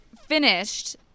finished